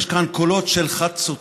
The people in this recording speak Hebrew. יש כאן קולות של חצוצרות